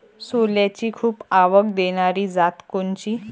सोल्याची खूप आवक देनारी जात कोनची?